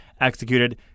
executed